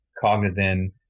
cognizant